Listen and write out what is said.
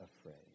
afraid